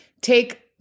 take